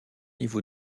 niveau